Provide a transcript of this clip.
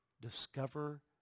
discover